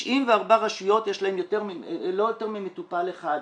94 רשויות, יש להן לא יותר ממטופל אחד.